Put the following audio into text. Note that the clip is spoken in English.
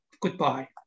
Goodbye